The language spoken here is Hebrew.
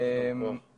יישר כוח.